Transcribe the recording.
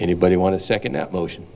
anybody want to second that motion